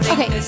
Okay